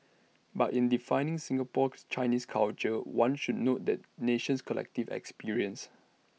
but in defining Singapore's Chinese culture one should note the nation's collective experience